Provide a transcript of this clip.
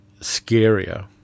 scarier